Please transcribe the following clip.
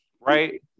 Right